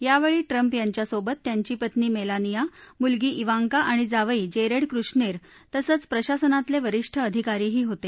यावेळी ट्रम्प यांच्यासोबत त्यांची पत्नी मेलानिया मुलगी इवांका आणि जावई जेरेड कुश्नेर तसंच प्रशासनातले वरिष्ठ अधिकारीही होते